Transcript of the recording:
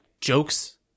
Jokes